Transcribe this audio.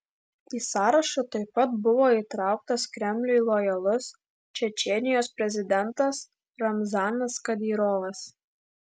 į sąrašą taip pat buvo įtrauktas kremliui lojalus čečėnijos prezidentas ramzanas kadyrovas